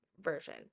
version